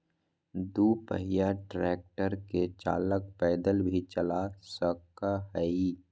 दू पहिया ट्रेक्टर के चालक पैदल भी चला सक हई